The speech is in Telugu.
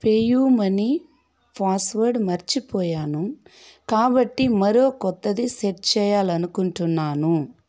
పే యూ మనీ పాస్వర్డ్ మర్చిపోయాను కాబట్టి మరో కొత్తది సెట్ చేయాలనుకుంటున్నాను